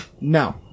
No